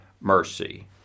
mercy